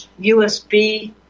USB